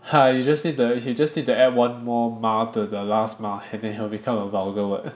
ha you just need to he just need to add one more 妈 to the last 妈 and then it'll become a vulger word